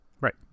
Right